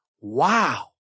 wow